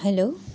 hello